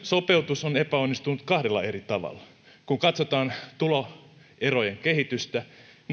sen hunningolle hallituksen sopeutus on epäonnistunut kahdella eri tavalla kun katsotaan tuloerojen kehitystä